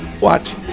Watch